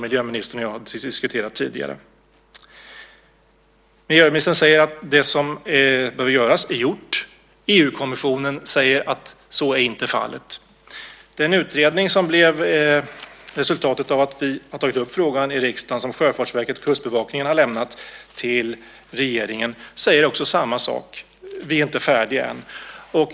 Miljöministern säger att det som behöver göras är gjort. EU-kommissionen säger att så inte är fallet. Den utredning, som blev resultatet av att vi har tagit upp frågan i riksdagen, som Sjöfartsverket och Kustbevakningen har lämnat till regeringen säger också samma sak: Vi är inte färdiga än.